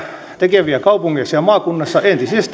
tekeviä kaupungeissa ja maakunnissa entisestään